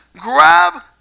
grab